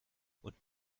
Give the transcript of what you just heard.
und